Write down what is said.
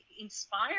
inspire